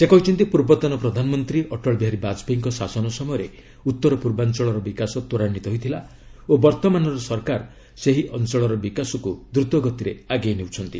ସେ କହିଚ୍ଚନ୍ତି ପୂର୍ବତନ ପ୍ରଧାନମନ୍ତ୍ରୀ ଅଟଳବିହାରୀ ବାଜପେୟୀଙ୍କ ଶାସନ ସମୟରେ ଉତ୍ତର ପୂର୍ବାଞ୍ଚଳର ବିକାଶ ତୃରାନ୍ଧିତ ହୋଇଥିଲା ଓ ବର୍ତ୍ତମାନର ସରକାର ସେହି ଅଞ୍ଚଳର ବିକାଶକୁ ଦ୍ରୁତ ଗତିରେ ଆଗେଇ ନେଉଛନ୍ତି